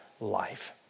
life